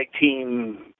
team